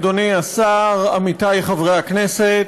אדוני השר, עמיתי חברי הכנסת,